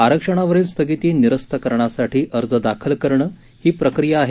आरक्षणावरील स्थगिती निरस्त करण्यासाठी अर्ज दाखल करणं ही प्रक्रिया आहे